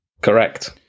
Correct